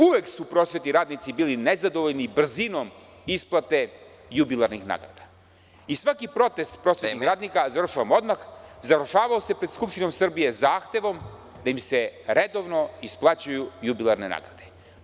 Uvek su prosvetni radnici bili nezadovoljni brzinom isplate jubilarnih nagrada i svaki protest prosvetnih radnika završavao se pred Skupštinom Srbije zahtevom da im se redovno isplaćuju jubilarne nagrade.